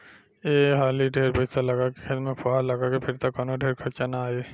एक हाली ढेर पईसा लगा के खेत में फुहार लगा के फिर त कवनो ढेर खर्चा ना आई